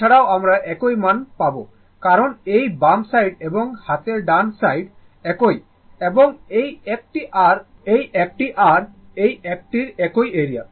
এছাড়াও আমরা একই মান পাবেন কারণ এই বাম সাইড এবং হাতের ডান সাইড একই এবং এই একটি আর এই একটির একই এরিয়া